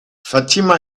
fatima